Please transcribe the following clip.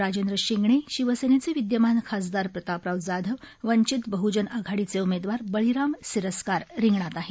राजेंद्र शिंगणे शिवसेनेचे विद्यमान खासदार प्रतापराव जाधव वंचित बहुजन आघाडीचे उमेदवार बळीराम सिरस्कार रिंगणात आहेत